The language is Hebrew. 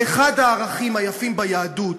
ואחד הערכים היפים ביהדות,